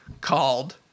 called